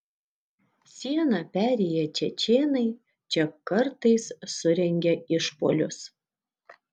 sieną perėję čečėnai čia kartais surengia išpuolius